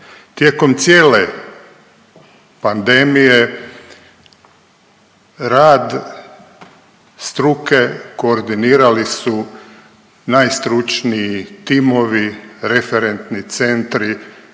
Tijekom cijele pandemije, rad struke koordinirali su najstručniji timovi, referentni centri